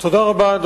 מבל"ד.